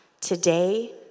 today